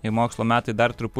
ir mokslo metai dar trupu